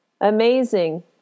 Amazing